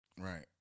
Right